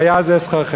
והיה על זה שכרכם.